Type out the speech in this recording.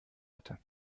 hatte